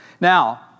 Now